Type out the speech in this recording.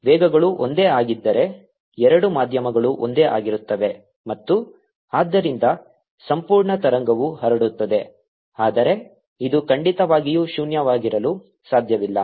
ವೇಗಗಳು ಒಂದೇ ಆಗಿದ್ದರೆ ಎರಡು ಮಾಧ್ಯಮಗಳು ಒಂದೇ ಆಗಿರುತ್ತವೆ ಮತ್ತು ಆದ್ದರಿಂದ ಸಂಪೂರ್ಣ ತರಂಗವು ಹರಡುತ್ತದೆ ಆದರೆ ಇದು ಖಂಡಿತವಾಗಿಯೂ ಶೂನ್ಯವಾಗಿರಲು ಸಾಧ್ಯವಿಲ್ಲ